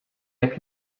jak